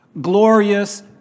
glorious